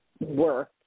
work